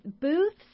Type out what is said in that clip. booths